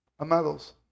Amados